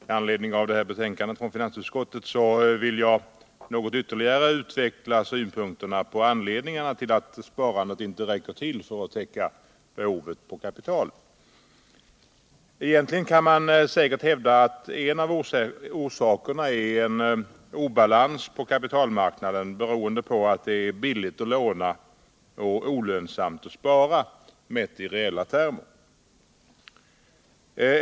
Herr talman! Med anledning av det betänkande från finansutskottet som nu behandlas här vill jag något ytterligare utveckla synpunkterna på anledningarna till att sparandet inte räcker för att täcka behovet av kapital. Egentligen kan man säkert hävda att en av orsakerna är en obalans på kapitalmarknaden beroende på att det är billigt att låna och olönsamt att spara, mätt i reella termer.